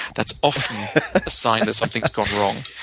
that's often a sign that something's gone wrong.